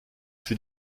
fut